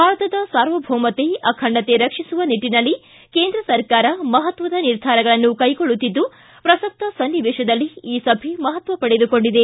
ಭಾರತದ ಸಾರ್ವಭೌಮತೆ ಅಖಂಡತೆ ರಕ್ಷಿಸುವ ನಿಟ್ಟಿನಲ್ಲಿ ಕೇಂದ್ರ ಸರ್ಕಾರ ಮಹತ್ವದ ನಿರ್ಧಾರಗಳನ್ನು ಕೈಗೊಳ್ಳುತ್ತಿದ್ದು ಪ್ರಸಕ್ತ ಸನ್ನಿವೇಶದಲ್ಲಿ ಈ ಸಭೆ ಮಹತ್ವ ಪಡೆದುಕೊಂಡಿದೆ